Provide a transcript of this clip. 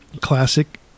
classic